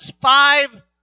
five